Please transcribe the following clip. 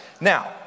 Now